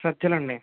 సజ్జలు అండి